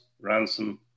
Ransom